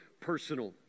personal